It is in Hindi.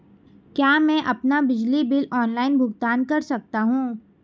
क्या मैं अपना बिजली बिल ऑनलाइन भुगतान कर सकता हूँ?